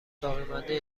باقیمانده